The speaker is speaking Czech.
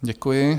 Děkuji.